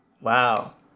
Wow